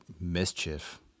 mischief